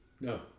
No